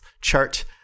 chart